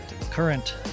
current